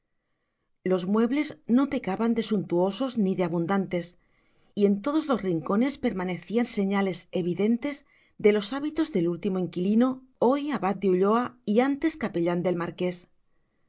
los muebles no pecaban de suntuosos ni de abundantes y en todos los rincones permanecían señales evidentes de los hábitos del último inquilino hoy abad de ulloa y antes capellán del marqués